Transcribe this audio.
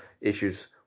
issues